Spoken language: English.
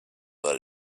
that